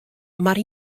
mar